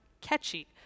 catchy